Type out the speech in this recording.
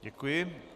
Děkuji.